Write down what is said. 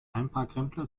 einparkrempler